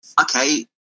okay